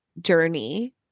journey